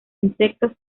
insectos